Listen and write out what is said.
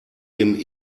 dem